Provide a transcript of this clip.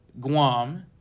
Guam